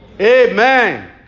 Amen